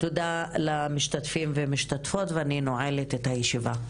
תודה למשתתפים ולמשתתפות, ואני נועלת את הישיבה.